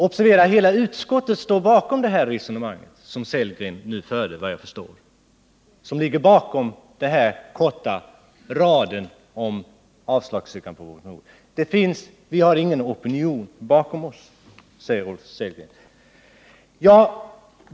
Observera att hela utskottet, såvitt jag förstår, anslutit sig till det resonemanget, som ligger bakom den enda raden om avstyrkande av vår motion!